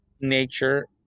Nature